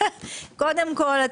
קודם כל,